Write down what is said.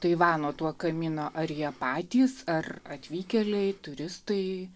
taivano tuo kamino ar jie patys ar atvykėliai turistai